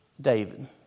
David